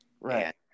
Right